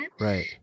Right